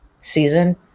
season